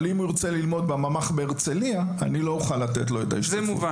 אבל אם הוא ירצה ללמוד בממ"ח בהרצליה אני לא אוכל לתת לו את ההשתתפות.